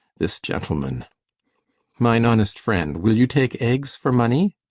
this gentleman mine honest friend, will you take eggs for money?